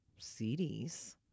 CDs